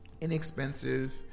Inexpensive